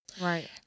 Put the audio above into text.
Right